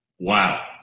Wow